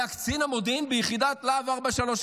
הוא היה קצין המודיעין ביחידת להב 433,